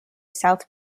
south